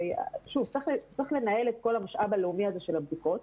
צריך לנהל את כל המשאב הלאומי הזה של בדיקות,